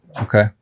Okay